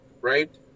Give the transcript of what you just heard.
Right